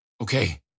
Okay